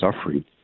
suffering